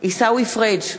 עיסאווי פריג'